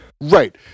right